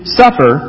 suffer